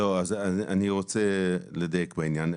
לא, אז אני רוצה לדייק בעניין.